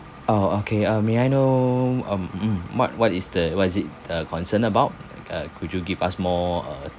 orh okay um may I know um mm what what is the what is it uh concerned about uh could you give us more uh